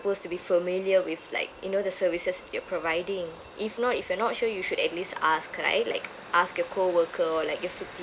to be familiar with like you know the services you're providing if not if you're not sure you should at least ask right like ask your coworker or like your superior